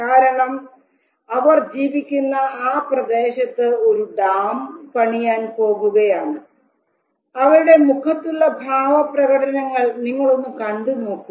കാരണം അവർ ജീവിക്കുന്ന ആ പ്രദേശത്ത് ഒരു ഡാം പണിയാൻ പോവുകയാണ് അവരുടെ മുഖത്തുള്ള ഭാവപ്രകടനങ്ങൾ നിങ്ങൾ ഒന്ന് കണ്ടു നോക്കൂ